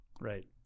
Right